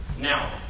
Now